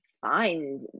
find